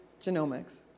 Genomics